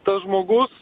tas žmogus